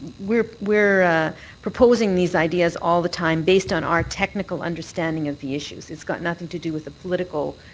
we're we're proposing these ideas all the time based on our technical understanding of the issues. it's got nothing to do with the political